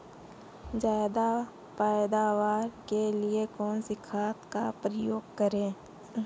ज्यादा पैदावार के लिए कौन सी खाद का प्रयोग करें?